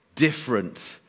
different